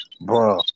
Bro